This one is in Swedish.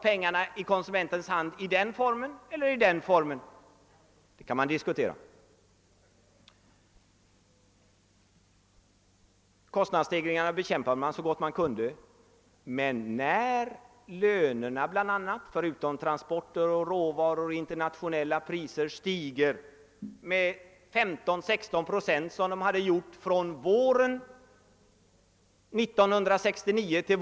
Pengarna i konsumenternas hand i den formen eller i den formen — det kan diskuteras. Kostnadsstegringarna bekämpade man så gott man kunde, men när bl.a. lönerna förutom transporter, råvaror och internationella priser stiger med 15—16 procent, som de gjorde från våren 1969 till.